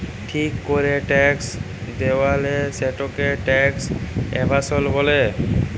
ঠিক ক্যরে ট্যাক্স দেয়লা, সেটকে ট্যাক্স এভাসল ব্যলে